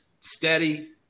Steady